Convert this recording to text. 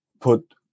put